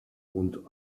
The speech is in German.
und